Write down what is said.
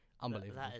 Unbelievable